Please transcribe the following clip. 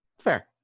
Fair